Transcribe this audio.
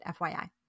FYI